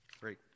great